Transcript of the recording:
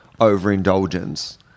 overindulgence